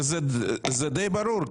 זה די ברור,